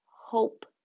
hope